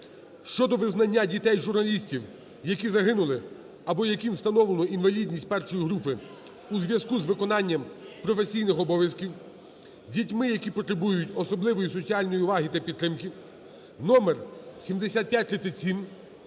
щодо визнання дітей журналістів, які загинули або яким встановлено інвалідність І групи у зв'язку з виконанням професійних обов'язків, дітьми, які потребують особливої соціальної уваги та підтримки (№ 7537)